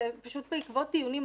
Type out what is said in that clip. זה בעקבות דיונים.